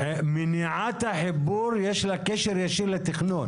מניעת החיבור יש לה קשר ישיר לתכנון.